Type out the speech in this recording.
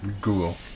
Google